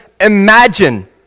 imagine